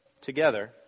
together